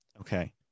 Okay